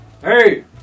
Hey